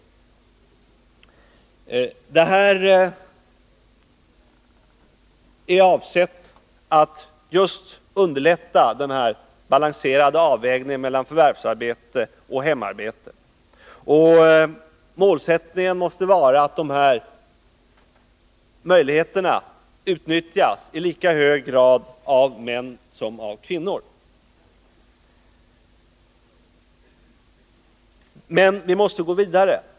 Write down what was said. Allt det här är avsett att just underlätta en balanserad avvägning mellan förvärvsarbete och hemarbete, och målsättningen måste vara att de här möjligheterna utnyttjas i lika hög grad av män som av kvinnor. Men vi måste gå vidare.